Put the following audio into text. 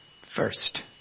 first